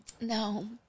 No